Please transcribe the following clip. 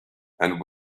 and